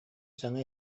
саҥа